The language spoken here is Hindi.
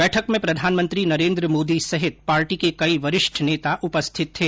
बैठक में प्रधानमंत्री नरेन्द्र मोदी सहित पार्टी के कई वरिष्ठ नेता उपस्थित थे